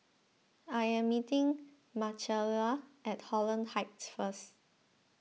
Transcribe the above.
I am meeting Marcella at Holland Heights first